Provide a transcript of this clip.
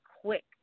quick